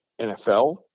NFL